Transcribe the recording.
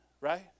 right